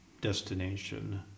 destination